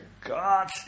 God